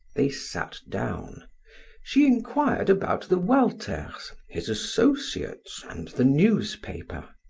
they sat down she inquired about the walters, his associates, and the newspaper.